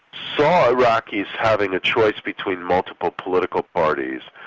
saw iraqis having a choice between multiple political parties,